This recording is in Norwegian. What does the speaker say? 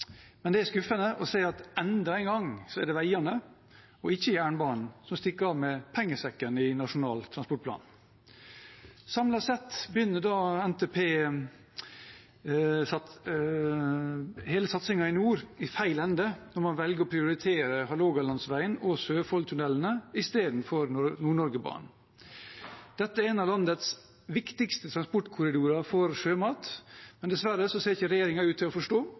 Men det er skuffende å se at enda en gang er det veiene, og ikke jernbanen, som stikker av med pengesekken i Nasjonal transportplan. Samlet sett begynner da hele NTPs satsing i nord i feil ende når man velger å prioritere Hålogalandsveien og Sørfoldtunnelene i stedet for Nord-Norge-banen. Dette er en av landets viktigste transportkorridorer for sjømat, men dessverre ser ikke regjeringen ut til å forstå